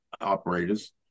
operators